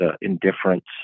indifference